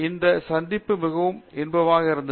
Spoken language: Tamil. இந்த சந்திப்பு மிகவும் இன்பமாக இருந்தது